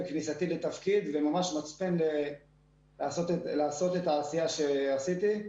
בכניסתו לתפקיד וממש מצפן לעשות את העשייה שעשיתי.